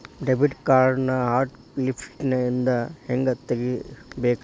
debit ಕಾರ್ಡ್ನ hot ಲಿಸ್ಟ್ನಿಂದ ಹೆಂಗ ತೆಗಿಬೇಕ